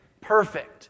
Perfect